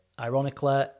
ironically